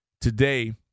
today